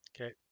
Okay